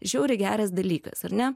žiauriai geras dalykas ar ne